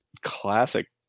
classic